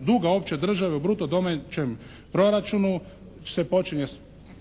duga opće države u bruto domaćem proračunu se počinje, pardon,